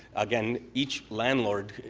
again, each landlord,